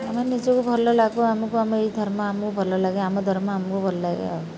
ଆମେ ନିଜକୁ ଭଲ ଲାଗୁ ଆମକୁ ଆମେ ଏଇ ଧର୍ମ ଆମକୁ ଭଲ ଲାଗେ ଆମ ଧର୍ମ ଆମକୁ ଭଲ ଲାଗେ ଆଉ